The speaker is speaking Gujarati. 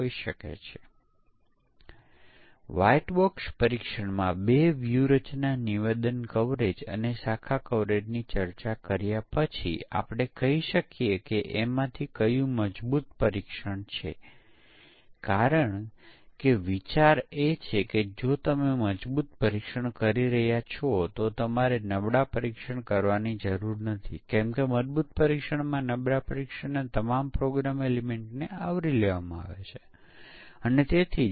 ઘણી બ્લેક બોક્સ ટેસ્ટ વ્યૂહરચનાઓ છે જે અસ્તિત્વમાં છે સીનારીયો કવરેજ સમાનતા પાર્ટીશનિંગ વિશેષ મૂલ્ય પરીક્ષણ બાઉન્ડ્રી મૂલ્ય પરીક્ષણ કારણ અસર પરીક્ષણ સંયુક્ત પરીક્ષણ ઓર્થોગોનલ એરે પરીક્ષણ અને તેથી વધુ